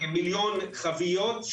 כמיליון חביות,